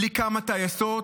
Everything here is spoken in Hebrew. בלי כמה טייסות,